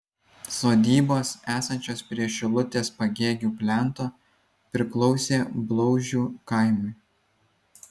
sodybos esančios prie šilutės pagėgių plento priklausė blauzdžių kaimui